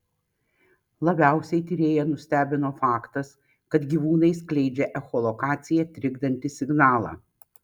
labiausiai tyrėją nustebino faktas kad gyvūnai skleidžia echolokaciją trikdantį signalą